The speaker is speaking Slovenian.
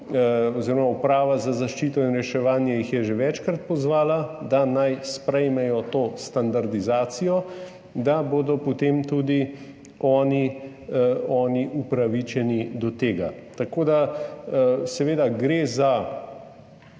Uprava za zaščito in reševanje jih je že večkrat pozvala, da naj sprejmejo to standardizacijo, da bodo potem tudi oni upravičeni do tega. Tako da seveda gre za